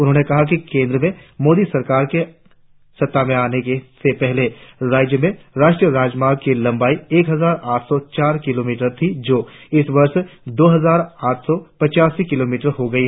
उन्होंने कहा कि केंद्र में मोदी सरकार के सत्ता में आने से पहले राज्य में राष्ट्रीय राजमार्ग की लंबाई एक हजार आठ सौ चार किलोमीटर थी जो इस वर्ष दो हजार आठ सौ पिचासी किलोमीटर हो गई